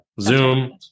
Zoom